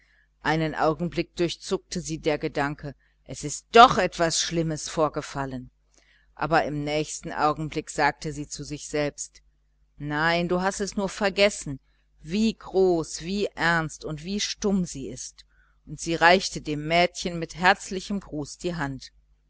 einen augenblick durchzuckte sie der gedanke es ist doch etwas schlimmes vorgefallen aber im nächsten moment sagte sie zu sich selbst nein du hast es nur vergessen wie groß wie ernst wie stumm sie ist und sie reichte dem mädchen mit herzlichem gruß die hand